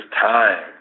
time